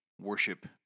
worship